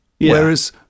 Whereas